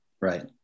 Right